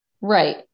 right